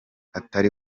atari